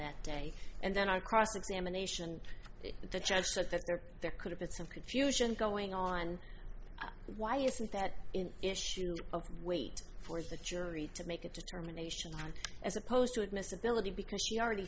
that day and then i cross examination the judge said that there there could have been some confusion going on why isn't that in issue of wait for the jury to make a determination as opposed to admissibility because she already